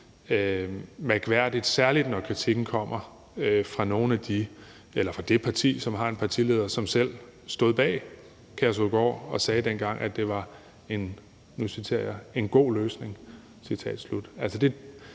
mærkværdigt, særlig når kritikken kommer fra det parti, som har en partileder, som selv stod bag Kærshovedgård og dengang sagde, at det var, og nu